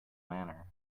manner